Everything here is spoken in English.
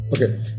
Okay